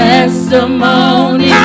Testimony